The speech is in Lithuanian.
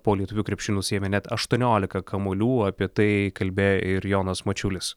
po lietuvių krepšiu nusiėmė net aštuoniolika kamuolių apie tai kalbėjo ir jonas mačiulis